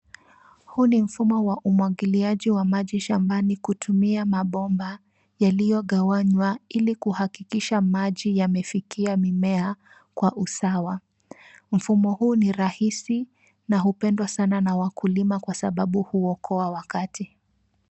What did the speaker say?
Huu ni mfumo wa umwagiliaji wa maji shambani kutumia mabomba yaliyogawanywa ili kuhakikisha maji yamefikia mimea kwa usawa. Mfumo huu ni rahisi na hupendwa sana na wakulima kwa sababu huokoa wakati.